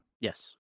Yes